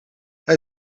hij